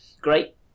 great